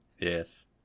yes